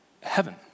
heaven